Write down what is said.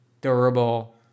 durable